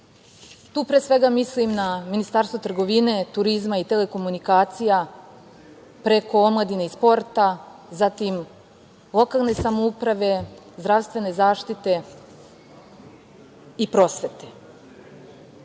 Tu pre svega mislim na Ministarstvo trgovine, turizma i telekomunikacija, preko omladine i sporta, zatim lokalne samouprave, zdravstvene zaštite i prosvete. Jedino